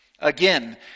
Again